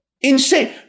insane